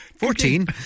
Fourteen